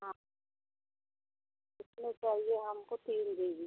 हाँ इसमें चाहिए हमको तीन जी बी